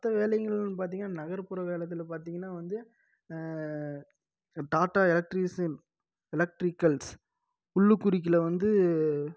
மற்ற வேலைங்கள் பார்த்திங்கனா நகர்புற வேலை இதில் பார்த்திங்கனா வந்து டாட்டா எலக்ட்ரீஷியன் எலக்ட்ரிகல்ஸ் உள்ளுக்குறிக்குள்ள வந்து